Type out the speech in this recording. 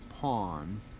pawn